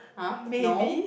!huh! no